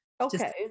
Okay